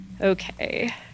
Okay